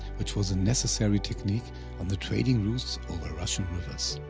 which was a necessary technique on the trading routes over russian rivers.